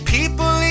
People